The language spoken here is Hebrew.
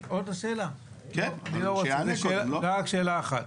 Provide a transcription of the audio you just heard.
רק שאלה אחת.